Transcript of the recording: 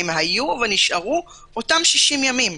הם היו ונשארו אותם 60 ימים.